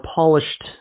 polished